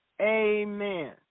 amen